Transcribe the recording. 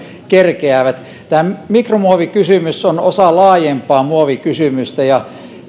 kerkeävät tämä mikromuovikysymys on osa laajempaa muovikysymystä ja